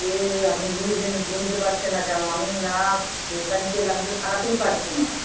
এ আপনি বুঝছেন বুঝতে পারছেন না কেন আমি না মেকানিক এলে আমি তো সারাতেই পারছি না